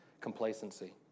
complacency